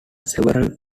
several